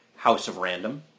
houseofrandom